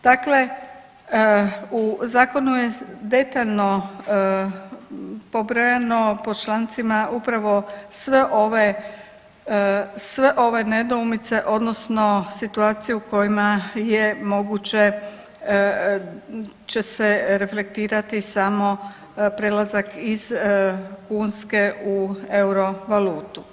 Dakle u Zakonu je detaljno pobrojano po člancima upravo sve ove nedoumice, odnosno situacije u kojima je moguće će se reflektirati samo prelazak iz kunske u euro valutu.